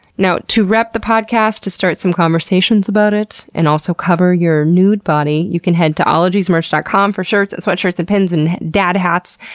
now, to rep the podcast, to start conversations about it, and also cover your nude body, you can head to ologiesmerch dot com for shirts and sweatshirts and pins and dad hats.